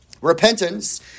Repentance